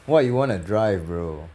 what you want to drive bro